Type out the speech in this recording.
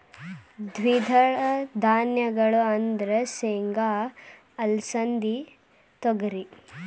ದ್ವಿದಳ ಧಾನ್ಯಗಳು ಅಂದ್ರ ಸೇಂಗಾ, ಅಲಸಿಂದಿ, ತೊಗರಿ